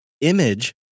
image